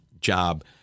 job